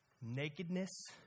Nakedness